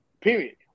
Period